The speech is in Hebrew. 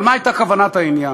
אבל מה הייתה כוונת העניין?